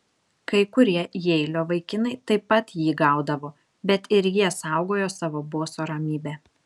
kai kurie jeilio vaikinai taip pat jį gaudavo bet ir jie saugojo savo boso ramybę